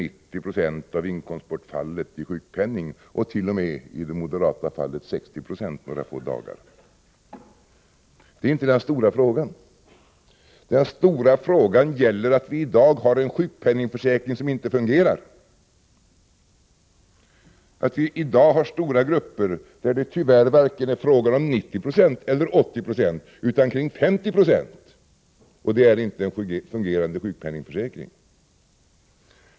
Det har diskuterats om sjukpenningen skall vara 80 eller 90 90 och t.o.m., i det moderata fallet, 60 20 några få dagar. Men det är inte den stora frågan. Den stora frågan gäller att vi i dag har en sjukpenningförsäkring som inte fungerar. I dag är det för stora grupper tyvärr inte fråga om vare sig 80 eller 90 20 utan kring 50 26, och då har man inte en fungerande sjukpenningförsäkring.